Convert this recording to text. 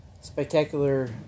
spectacular